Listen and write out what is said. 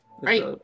Right